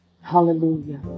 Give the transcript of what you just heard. Hallelujah